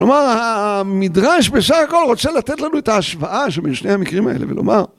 כלומר, המדרש בסך הכל רוצה לתת לנו את ההשוואה שבין שני המקרים האלה, ולומר...